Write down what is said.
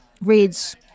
reads